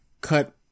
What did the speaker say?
cut